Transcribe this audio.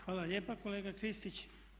Hvala lijepa kolega Kristić.